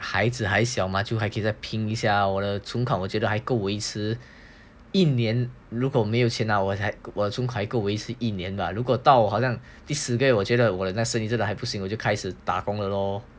孩子还小就可以在拼一下我的存款我觉得还够维持一年如果没有钱拿我才我从还是一年吧如果到好像第十个月我觉得我的那生意真的还不行我就开始打工